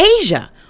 Asia